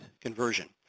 conversion